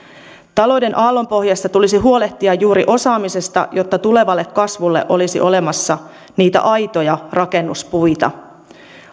talouden aallonpohjassa tulisi huolehtia juuri osaamisesta jotta tulevalle kasvulle olisi olemassa niitä aitoja rakennuspuita